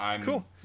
Cool